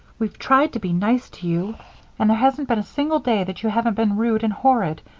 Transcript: we've tried to be nice to you and there hasn't been a single day that you haven't been rude and horrid.